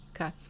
okay